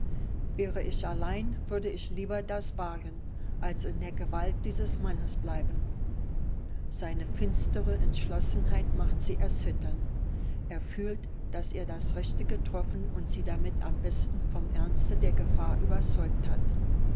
wäre ich allein würde ich lieber das wagen als in der gewalt dieses mannes bleiben seine finstere entschlossenheit macht sie erzittern er fühlt daß er das rechte getroffen und sie damit am besten vom ernste der gefahr überzeugt hat